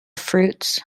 fruits